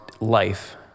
life